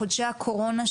בחודשי הקורונה,